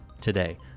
today